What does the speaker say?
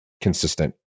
consistent